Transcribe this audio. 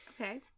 Okay